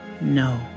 No